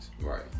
right